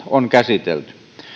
on käsitelty